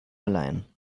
allein